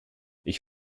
ich